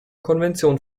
konvention